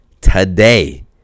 today